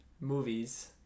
movies